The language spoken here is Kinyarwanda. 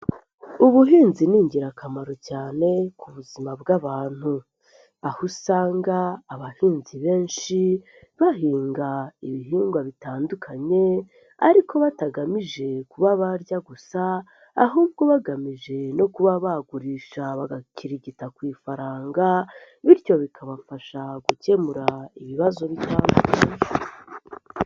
Ubuhinzi ni ingirakamaro cyane ku buzima bw'abantu, aho usanga abahinzi benshi bahinga ibihingwa bitandukanye ariko batagamije kuba barya gusa ahubwo bagamije no kuba bagurisha bagakirigita ku ifaranga bityo bikabafasha gukemura ibibazo bitandukanye.